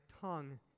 tongue